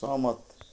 सहमत